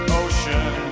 ocean